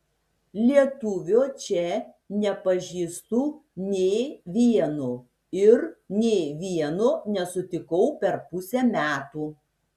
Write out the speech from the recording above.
lietuvio čia nepažįstu nė vieno ir nė vieno nesutikau per pusę metų